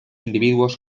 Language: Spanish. individuos